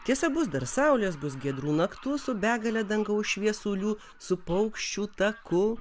tiesa bus dar saulės bus giedrų naktų su begale dangaus šviesulių su paukščių taku